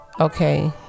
Okay